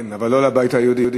כן, אבל לא לבית היהודי.